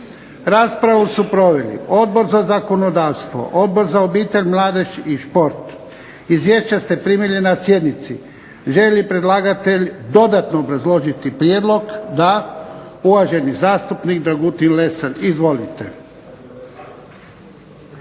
Raspravu su proveli: Odbor za zakonodavstvo, Odbor za obitelj, mladež i šport. Izvješća ste primili na sjednici. Želi li predlagatelj dodatno obrazložiti prijedlog? Da. Uvaženi zastupnik Dragutin Lesar. Izvolite.